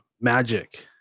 magic